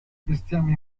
bestiame